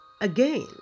again